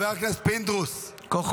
חבר הכנסת פינדרוס, זה